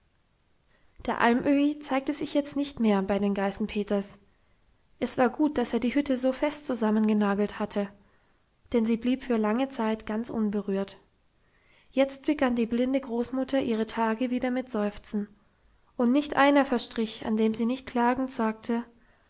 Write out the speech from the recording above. der alm öhi zeigte sich jetzt nicht mehr bei den geißenpeters es war gut dass er die hütte so fest zusammengenagelt hatte denn sie blieb für lange zeit ganz unberührt jetzt begann die blinde großmutter ihre tage wieder mit seufzen und nicht einer verstrich an dem sie nicht klagend sagte